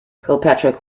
kirkpatrick